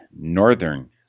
Northern